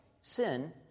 sin